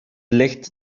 licht